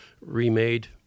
remade